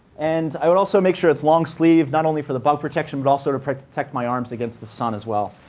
and i would also make sure it's long sleeved. not only for the bug protection, but also to protect my arms against the sun as well.